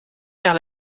vers